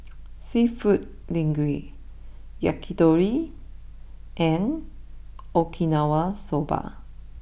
Seafood Linguine Yakitori and Okinawa Soba